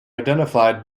identified